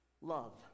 love